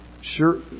sure